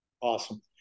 Awesome